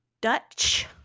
Dutch